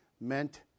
meant